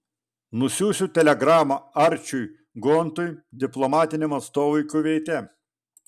nusiųsiu telegramą arčiui gontui diplomatiniam atstovui kuveite